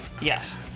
Yes